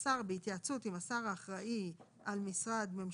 השר, בהתייעצות עם השר האחראי על משרד ממשלתי,